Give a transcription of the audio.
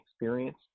experience